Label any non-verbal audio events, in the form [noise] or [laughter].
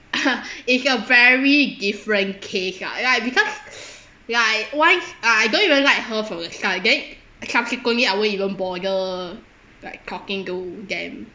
ah ha it's a very different case lah like because [breath] like once ah I don't even like her from the start then subsequently I won't even bother like talking to them